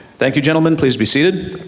thank you gentlemen, please be seated.